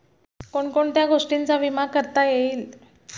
कोण कोणत्या गोष्टींचा विमा करता येईल?